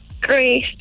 Great